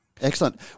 Excellent